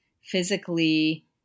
physically